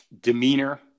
demeanor